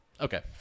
Okay